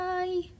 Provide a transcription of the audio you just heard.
Bye